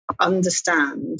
understand